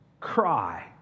cry